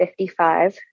55